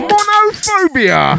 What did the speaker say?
Monophobia